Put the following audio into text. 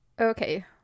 Okay